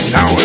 Now